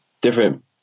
different